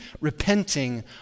repenting